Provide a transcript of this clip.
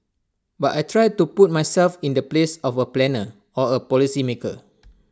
but I try to put myself in the place of A planner or A policy maker